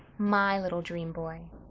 my little dream-boy.